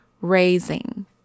Raising